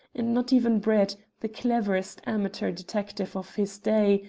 and not even brett, the cleverest amateur detective of his day,